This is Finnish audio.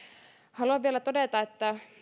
haluan vielä todeta että